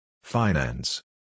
Finance